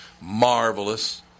Marvelous